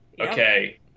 Okay